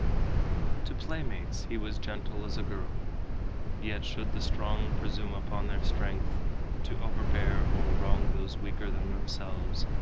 to playmates he was gentle as a girl yet should the strong presume upon their strength to overbear or wrong those weaker than themselves,